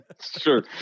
Sure